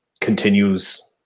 continues